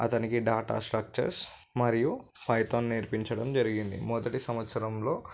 అతనికి data structures మరియు Python నేర్పించడం జరిగింది మొదటి సంవత్సరంలో